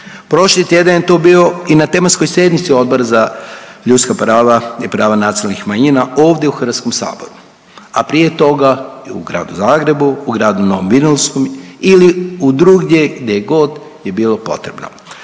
Prošli tjedan je to bio i na tematskoj sjednici Odbor za ljudska prava i prava nacionalnih manjina ovdje u HS-u, a prije toga u gradu Zagrebu, u gradu Novom Vinodolskom ili u drugdje gdje god je bilo potrebno.